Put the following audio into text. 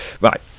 Right